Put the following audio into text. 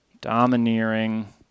domineering